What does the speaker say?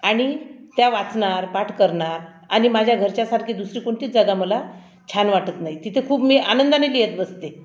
आणि त्या वाचणार पाठ करणार आणि माझा घरच्यासारखी दुसरी कोणतीच जागा मला छान वाटत नाही तिथे खूप मी आनंदाने लिहित बसते